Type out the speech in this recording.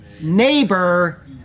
neighbor